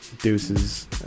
Deuces